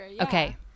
Okay